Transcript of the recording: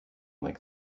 like